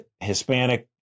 Hispanic